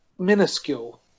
minuscule